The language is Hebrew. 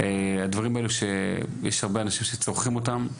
הדברים שיש הרבה אנשים שצורכים אותם,